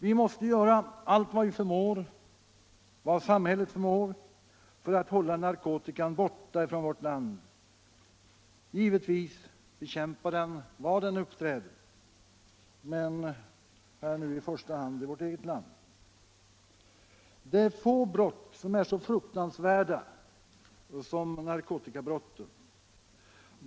Vi måste göra allt vad vi förmår för att hålla narkotikan borta — vi skall givetvis bekämpa den var den än uppträder men i första hand i vårt eget land. Få brott är så fruktansvärda som narkotikabrotten.